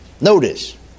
notice